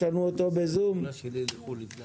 אנחנו תומכים